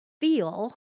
feel